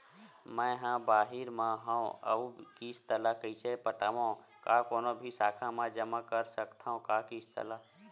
मैं हा बाहिर मा हाव आऊ किस्त ला कइसे पटावव, का कोनो भी शाखा मा जमा कर सकथव का किस्त ला?